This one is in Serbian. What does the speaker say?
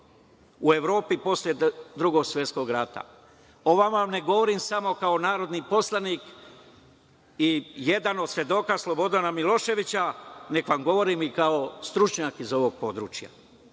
u Evropi posle Drugog svetskog rata. Ovo vam ne govorim samo kao narodni poslanik i jedan od svedoka Slobodana Miloševića, nego vam govorim i kao stručnjak iz ovog područja.Za